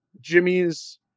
Jimmy's